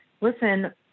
listen